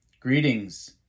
greetings